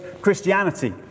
Christianity